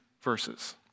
verses